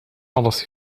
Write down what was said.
alles